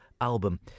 album